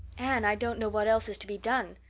anne, i don't know what else is to be done.